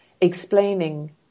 explaining